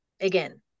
again